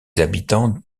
habitants